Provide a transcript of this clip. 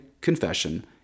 confession